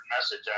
message